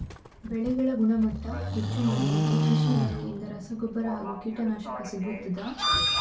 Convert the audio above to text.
ಬೆಳೆಗಳ ಗುಣಮಟ್ಟ ಹೆಚ್ಚು ಮಾಡಲಿಕ್ಕೆ ಕೃಷಿ ಇಲಾಖೆಯಿಂದ ರಸಗೊಬ್ಬರ ಹಾಗೂ ಕೀಟನಾಶಕ ಸಿಗುತ್ತದಾ?